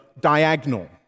diagonal